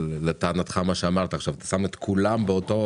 מה שאמרת זה מה שאתם אומרים.